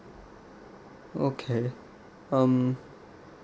okay um